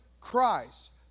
Christ